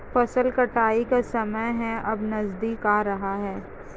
फसल कटाई का समय है अब नजदीक आ रहा है